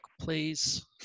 please